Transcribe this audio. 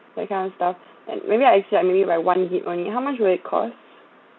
that kind of stuff like maybe I exceed like maybe by one gig~ only how much will it cost